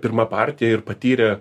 pirma partija ir patyrė